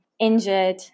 injured